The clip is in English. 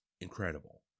incredible